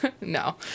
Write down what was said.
No